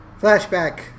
Flashback